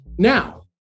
Now